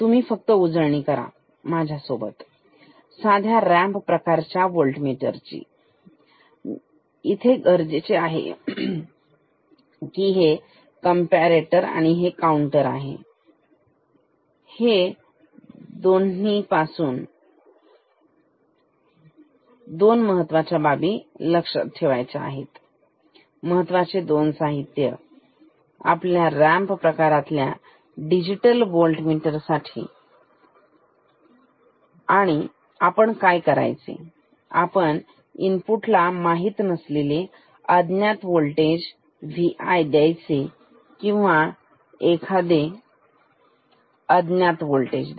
तुम्ही फक्त उजळणी करा माझ्यासोबत साध्या रॅम्प प्रकारच्या व्होल्टमीटर ची इथे गरजेचे आहे ही बनलेले आहे कॅम्पारेटर आणि काउंटर पासून तर या दोन महत्त्वाच्या बाबी आहेत महत्वाचे दोन साहित्य आपल्या रॅम्प प्रकारातल्या डिजिटल व्होल्ट मीटर साठी आणि आपण काय करायचे आपण इनपुट ला माहित नसलेले अज्ञात वोल्टेज Vi द्यायचे किंवा एखादे अज्ञात होल्टेज